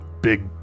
big